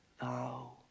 thou